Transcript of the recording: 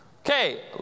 Okay